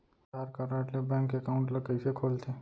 आधार card ले bank account ल कइसे खोलथे?